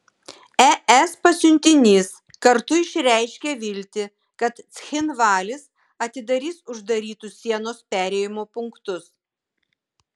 es pasiuntinys kartu išreiškė viltį kad cchinvalis atidarys uždarytus sienos perėjimo punktus